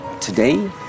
Today